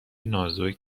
نازک